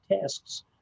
tasks